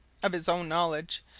of his own knowledge.